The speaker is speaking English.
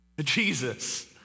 Jesus